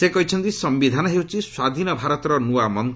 ସେ କହିଛନ୍ତି ସିୟିଧାନ ହେଉଛି ସ୍ୱାଧୀନ ଭାରତର ନୂଆ ମନ୍ତ